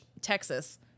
Texas